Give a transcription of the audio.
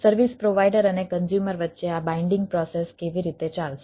service provider અને consumer વચ્ચે આ બાઈન્ડીંગ પ્રોસેસ કેવી રીતે ચાલશે